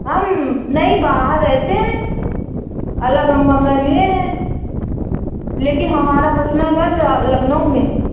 हम नहीं बाहर रहते हैं अलग हम कमरा लिए हैं लेकिन हमारा पर्सनल घर लखनऊ में है